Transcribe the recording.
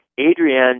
Adrienne